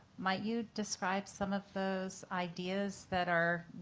might you describe some of those ideas that are,